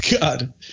God